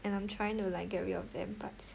and I'm trying to like get rid of them but